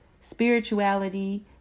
Spirituality